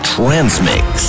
Transmix